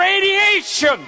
radiation